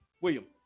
William